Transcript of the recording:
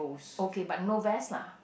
okay but no vest lah